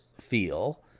feel